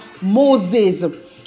Moses